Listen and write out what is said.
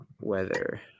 weather